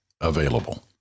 available